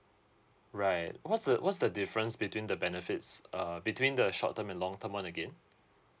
right what's the what's the difference between the benefits uh between the short term and long term one again